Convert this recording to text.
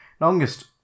Longest